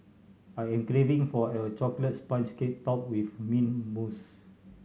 I am craving for a chocolate sponge cake topped with mint mousse